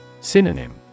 Synonym